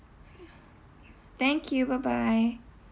thank you bye bye